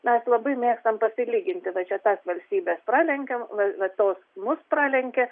mes labai mėgstam pasilyginti va čia tas valstybes pralenkėm va tos mus pralenkė